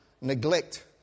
neglect